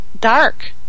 dark